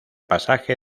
pasaje